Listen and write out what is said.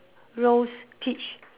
rose peach